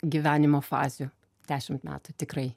gyvenimo fazių dešimt metų tikrai